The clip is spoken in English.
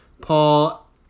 Paul